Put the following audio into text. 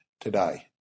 today